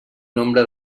nombre